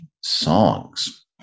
songs